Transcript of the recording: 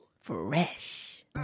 Fresh